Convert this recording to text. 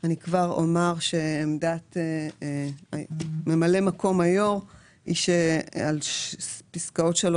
גובה ההפרש בין השיעור שנעשה בו שימוש לפי פסקה (1)